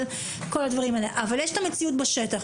אבל יש מציאות בשטח.